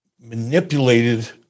manipulated